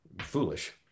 foolish